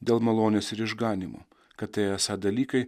dėl malonės ir išganymu kad tai esą dalykai